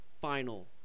final